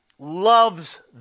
loves